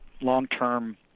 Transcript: long-term